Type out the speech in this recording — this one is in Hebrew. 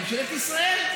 לממשלת ישראל.